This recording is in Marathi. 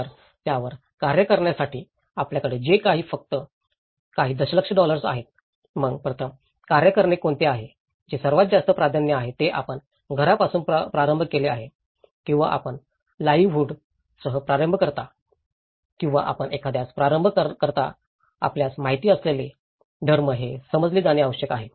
तर त्यावर कार्य करण्यासाठी आपल्याकडे जे काही फक्त काही दशलक्ष डॉलर्स आहे मग प्रथम कार्य करणे कोणते आहे जे सर्वात जास्त प्राधान्य आहे ते आपण घरापासून प्रारंभ केले आहे किंवा आपण लाइव्हवूड सह प्रारंभ करता किंवा आपण एखाद्यास प्रारंभ करता आपल्यास माहित असलेले धर्म हे समजले जाणे आवश्यक आहे